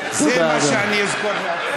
זה מה שאני אזכור מהתקציב.